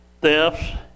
thefts